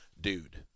dude